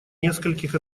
нескольких